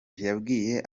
yabwiye